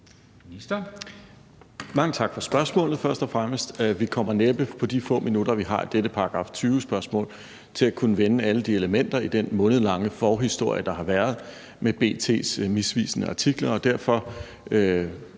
Mange tak for spørgsmålet først og fremmest. Vi kommer næppe til på de få minutter, vi har til dette § 20-spørgsmål, at kunne vende alle de elementer i den månedlange forhistorie, der har været, med B.T.s misvisende artikler.